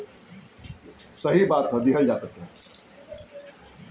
online banking में इ सब सुविधा देहल रहत हवे